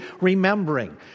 remembering